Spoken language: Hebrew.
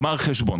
גמר חשבון.